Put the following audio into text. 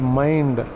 mind